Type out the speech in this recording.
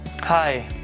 Hi